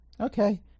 Okay